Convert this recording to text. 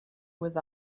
with